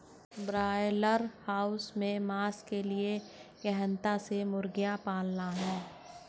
broiler house में मांस के लिए गहनता से मुर्गियां पालना है